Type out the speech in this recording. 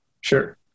Sure